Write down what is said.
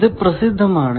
ഇത് പ്രസിദ്ധമാണ്